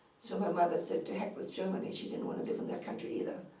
so my mother said, to heck with germany. she didn't want to live in that country either.